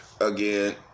Again